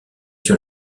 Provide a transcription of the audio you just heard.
sur